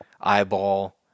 eyeball